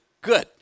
good